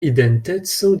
identeco